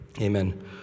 Amen